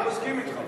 אני מסכים אתך.